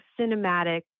cinematic